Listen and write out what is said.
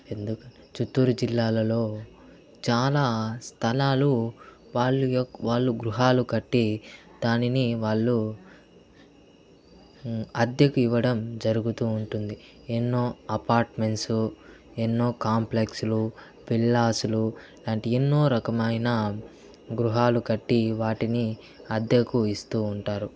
ఎందుకు చిత్తూరు జిల్లాలలో చాలా స్థలాలు వాళ్ళు యొ వాళ్ల గృహాలు కట్టి దానిని వాళ్ళు అద్దెకు ఇవ్వడం జరుగుతూ ఉంటుంది ఎన్నో అపార్ట్మెంట్స్ ఎన్నో కాంప్లెక్స్లు పిల్లాసులు ఇలాంటి ఎన్నో రకమైన గృహాలు కట్టి వాటిని అద్దెకు ఇస్తూ ఉంటారు